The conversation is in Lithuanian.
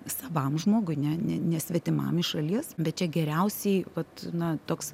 savam žmogui ne ne nesvetimam iš šalies bet čia geriausiai vat na toks